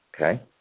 okay